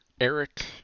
Eric